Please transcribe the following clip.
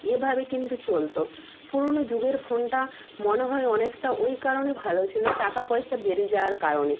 এভাবে কিন্তু চলত পুরনো যুগের ফোনটা মনে হয় অনেকটা ওই কারণে ভালো ছিল টাকা পয়সা বেরিয়ে যাওয়ার কারণে